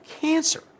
cancer